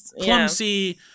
clumsy